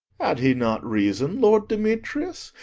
had he not reason, lord demetrius?